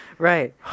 Right